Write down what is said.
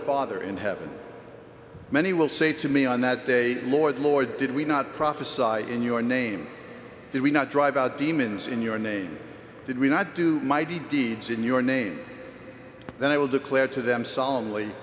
father in heaven many will say to me on that day lord lord did we not prophesied in your name that we not drive out demons in your name did we not do mighty deeds in your name then i will declare to them so